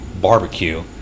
barbecue